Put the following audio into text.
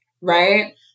right